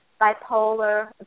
bipolar